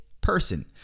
person